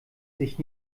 sich